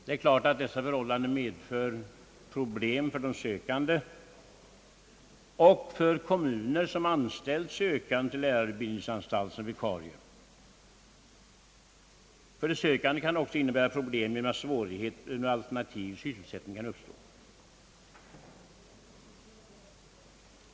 Detta förhållande medför problem för de sökande och för kommuner som anställt sökande till lärarutbildningsanstalt som vikarie. För de sökande kan det också innebära problem genom att svårigheter med alternativ sysselsättning kan uppstå.